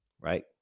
right